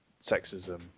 sexism